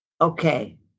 Okay